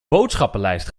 boodschappenlijst